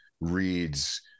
reads